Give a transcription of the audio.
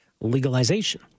legalization